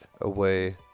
away